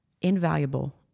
invaluable